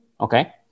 Okay